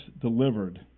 Delivered